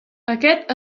aquest